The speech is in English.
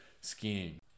skiing